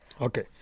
Okay